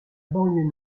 banlieue